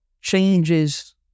changes